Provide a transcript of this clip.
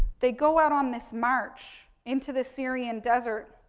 they go out on this march into the syrian desert.